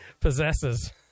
possesses